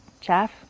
Jeff